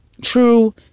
True